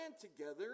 together